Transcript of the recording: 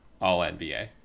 all-NBA